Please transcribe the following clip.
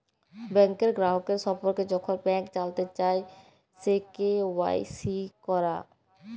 ব্যাংকের গ্রাহকের সম্পর্কে যখল ব্যাংক জালতে চায়, সে কে.ওয়াই.সি ক্যরা